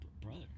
brother